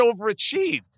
overachieved